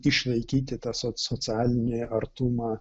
išlaikyti tą soc socialinį artumą